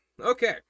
okay